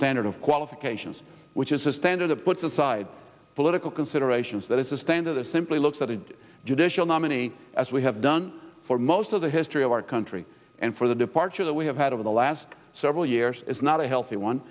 standard of qualifications which is a standard of puts aside political considerations that is a standard or simply look at it judicial nominee as we have done for most of the history of our country and for the departure that we have had over the last several years is not a healthy one